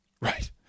Right